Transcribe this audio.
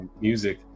music